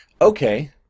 Okay